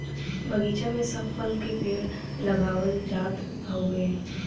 बगीचा में सब फल के पेड़ लगावल जात हउवे